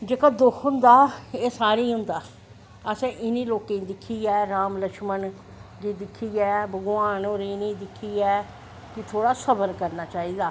जेह्का दुख होंदा एह् सारें गी होंदा असैं इनें लोकें गी दिक्खियै राम लक्षमन गी दिक्खियै भगवान होरें गी इनें दिक्खियै कि थोह्ड़ा सवर करनां चाही दा